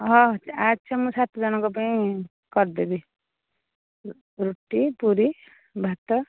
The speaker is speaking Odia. ହେଉ ଆଚ୍ଛା ମୁଁ ସାତଜଣଙ୍କ ପାଇଁ କରିଦେବି ରୁଟି ପୁରି ଭାତ